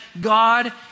God